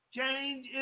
Change